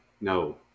No